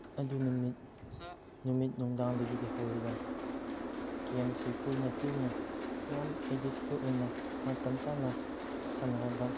ꯑꯗꯨ ꯅꯨꯃꯤꯠ ꯅꯨꯃꯤꯠ ꯅꯨꯡꯗꯥꯡꯗꯒꯤ ꯍꯧꯔꯒ ꯒꯦꯝꯁꯦ ꯀꯨꯏꯅ ꯀꯨꯏꯅ ꯌꯥꯝ ꯑꯦꯗꯤꯛ ꯐꯨꯜ ꯑꯣꯏꯅ ꯃꯇꯝ ꯆꯥꯅ ꯁꯥꯟꯅꯕ